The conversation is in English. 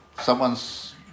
someone's